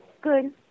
Good